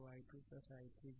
तो i2 i3 8